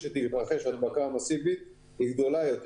שתתרחש הדבקה מסיבית הוא גדול יותר.